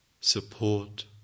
support